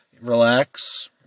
Relax